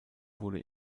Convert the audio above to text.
wurde